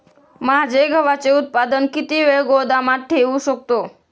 माझे गव्हाचे उत्पादन किती वेळ गोदामात ठेवू शकतो?